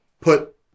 put